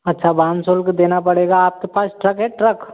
अच्छा वाहन शुल्क देना पड़ेगा आपके पास ट्रक है ट्रक